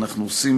אנחנו עושים,